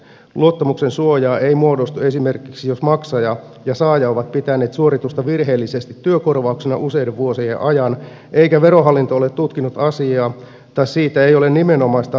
luottamuksensuojaa ei muodostu esimerkiksi jos maksaja ja saaja ovat pitäneet suoritusta virheellisesti työkorvauksena useiden vuosien ajan eikä verohallinto ole tutkinut asiaa tai siitä ei ole nimenomaista verohallinnon päätöstä